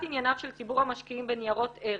ענייניו של ציבור המשקיעים בניירות ערך.